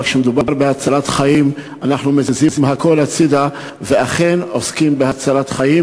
כשמדובר בהצלת חיים אנחנו מזיזים הכול הצדה ואכן עוסקים בהצלת חיים,